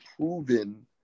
proven